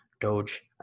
doge